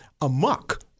amok